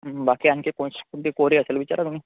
बाकी आणखी कोण कोणते कोरी असेल विचारा तुम्ही